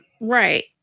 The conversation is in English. right